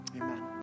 amen